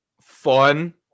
fun